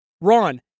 Ron